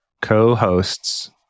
co-hosts